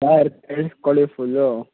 sir ಕೇಳಸ್ಕೊಳ್ಳಿ full